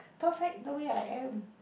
perfect the way I am